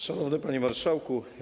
Szanowny Panie Marszałku!